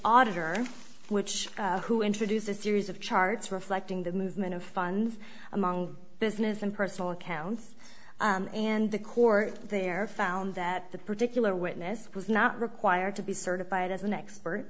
auditor which who introduces series of charts reflecting the movement of funds among business and personal accounts and the court there found that the particular witness was not required to be certified as an expert